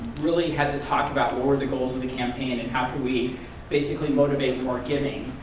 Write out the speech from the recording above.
really had to talk about what were the goals of the campaign and how could we basically motivate more giving.